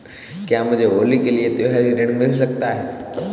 क्या मुझे होली के लिए त्यौहारी ऋण मिल सकता है?